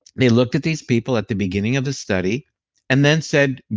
they looked at these people at the beginning of the study and then said,